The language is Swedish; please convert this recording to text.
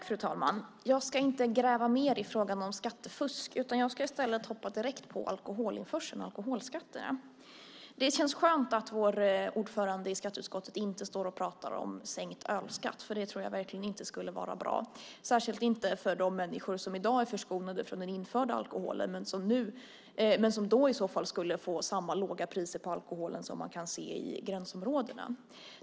Fru talman! Jag ska inte gräva mer i frågan om skattefusk. Jag ska i stället hoppa direkt till alkoholinförseln och alkoholskatterna. Det känns skönt att vår ordförande i skatteutskottet inte står och talar om sänkt ölskatt. Det tror jag inte skulle vara bra. Det är det särskilt inte för de människor som i dag är förskonade från den införda alkoholen. De skulle i så fall få samma låga priser på alkoholen som kan ses i gränsområdena.